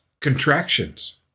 contractions